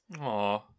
Aw